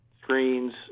screens